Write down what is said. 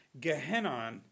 Gehenna